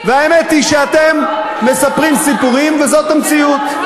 האמת היא שאתם מספרים סיפורים, וזאת המציאות.